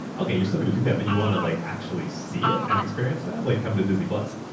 okay. you're still going to that, but you want to like actually see it and experience that? like come to disney plus.